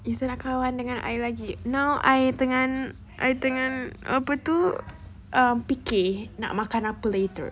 tak nak kawan dengan I lagi now I tengah I tengah apa tu fikir um nak makan apa later